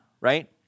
right